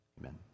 Amen